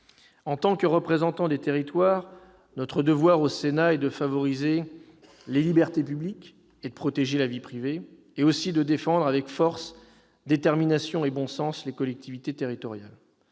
En tant que représentants des territoires, notre devoir au Sénat est de favoriser les libertés publiques, de protéger la vie privée et de défendre, avec force, détermination et bon sens les collectivités territoriales.